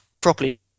properly